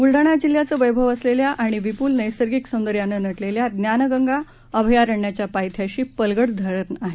बुलडाणाजिल्ह्याचंवैभवअसलेल्याआणिविपुलनैसर्गिकसौंदर्यानंनटलेल्याज्ञानगंगाअभयारण्याच्यापायथ्याशीपलढगधरणआहे